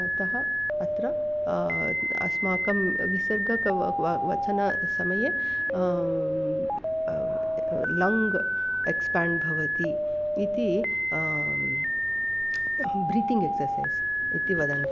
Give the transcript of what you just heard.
अतः अत्र अस्माकं विसर्गः कव वा वचनसमये लङ् एक्स्पाण्ड् भवति इति ब्रीतिङ् एक्ससैस् इति वदन्ति